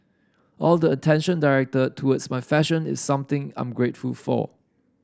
all the attention directed towards my fashion is something I'm grateful for